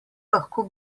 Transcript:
lahko